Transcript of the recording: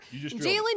Jalen